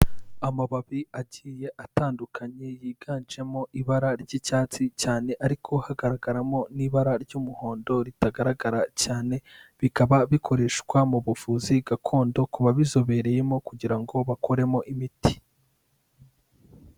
Amababi agiye atandukanye, yiganjemo ibara ry'icyatsi cyane ariko hagaragaramo n'ibara ry'umuhondo ritagaragara cyane, bikaba bikoreshwa mu buvuzi gakondo ku babizobereyemo kugira ngo bakoremo imiti.